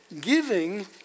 Giving